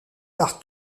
par